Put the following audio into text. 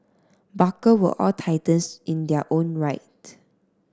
barker were all titans in their own right